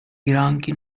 granchi